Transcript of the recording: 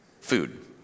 Food